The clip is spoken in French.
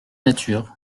nature